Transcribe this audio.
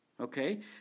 okay